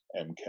MK